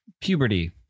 Puberty